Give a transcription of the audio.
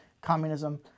communism